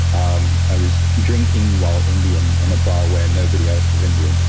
um i was drinking while indian in a bar where nobody else was indian.